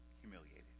humiliated